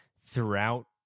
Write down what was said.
throughout